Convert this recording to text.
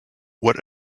what